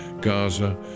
Gaza